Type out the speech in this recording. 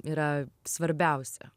yra svarbiausia